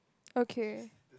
okay